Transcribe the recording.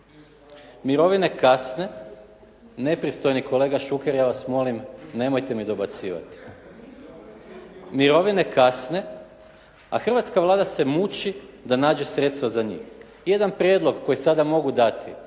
Mirovine kasne. Nepristojni kolega Šuker, ja vas molim nemojte mi dobacivati. Mirovine kasne, a hrvatska Vlada se muči da nađe sredstva za njih. Jedan prijedlog koji sada mogu dati.